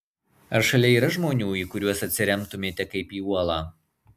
ar šalia yra žmonių į kuriuos atsiremtumėte kaip į uolą